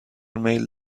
میل